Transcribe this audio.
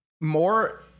more